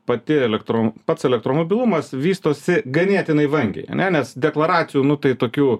pati elektro pats elektromobilumas vystosi ganėtinai vangiai ane nes deklaracijų nu tai tokių